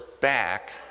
back